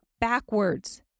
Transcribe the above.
backwards